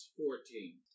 fourteen